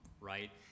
right